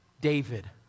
David